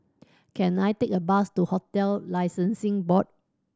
can I take a bus to Hotel Licensing Board